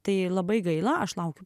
tai labai gaila aš laukiu